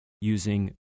using